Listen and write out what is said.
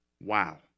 Wow